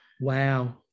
wow